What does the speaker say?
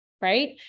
Right